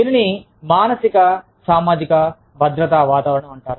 దీనిని మానసిక సామాజిక భద్రతా వాతావరణం అంటారు